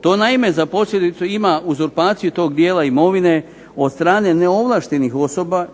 To naime za posljedicu ima uzurpaciju tog dijela imovine od strane neovlaštenih osoba,